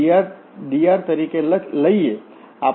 dr તરીકે લઈએ